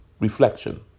reflection